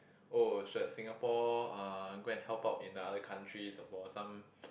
oh should Singapore uh go and help out in the other countries for some